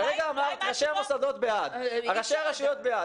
כרגע אמרת שראשי המוסדות בעד וראשי הרשויות בעד.